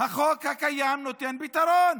החוק הקיים נותן פתרון.